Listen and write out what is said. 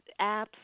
apps